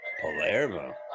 Palermo